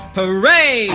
Hooray